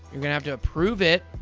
you're gonna have to approve it.